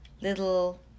little